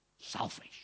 Selfish